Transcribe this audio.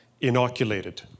Inoculated